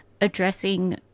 addressing